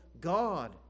God